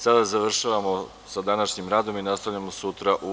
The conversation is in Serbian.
Sada završavamo sa današnjim radom i nastavljamo sutra u